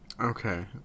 Okay